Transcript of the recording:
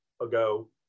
ago